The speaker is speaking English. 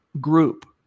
group